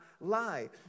lie